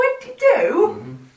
Twenty-two